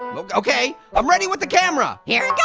but okay, i'm ready with the camera! here it goes!